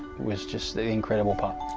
was just the incredible part